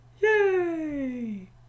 yay